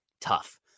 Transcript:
tough